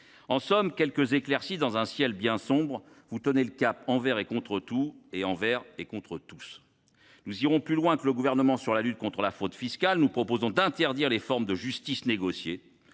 a que quelques éclaircies dans un ciel bien sombre. Vous tenez le cap envers et contre tout, envers et contre tous. Nous irons plus loin que le Gouvernement dans la lutte contre la fraude fiscale. En effet, nous proposerons d’interdire toute forme de justice négociée